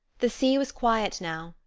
the sea was quiet now,